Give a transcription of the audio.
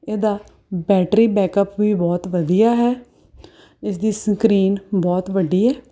ਇਹਦਾ battery backup ਵੀ ਬਹੁਤ ਵਧੀਆ ਹੈ ਇਸਦੀ ਸਕਰੀਨ ਬਹੁਤ ਵੱਡੀ ਹੈ